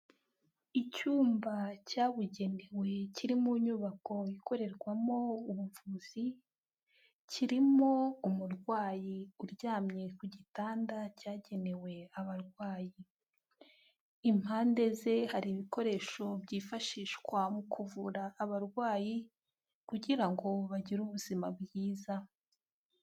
Icyumba cyabugenewe kiri mu nyubako ikorerwamo ubuvuzi, kirimo umurwayi uryamye ku gitanda cyagenewe abarwayi. Impande ze hari ibikoresho byifashishwa mu kuvura abarwayi kugira ngo bagire ubuzima bwiza.